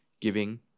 giving